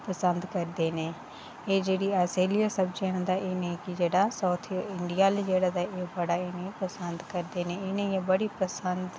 एह् पसंद करदे न एह् जेह्ड़ियां सैल्लियां सब्जियां न ते एह् जेह्ड़ा साऊथ इंडिया आह्ले जेह्ड़ा तां बड़ा इ'नेंगी पसंद करदे न इ'नेंगी एह् बड़ी पसंद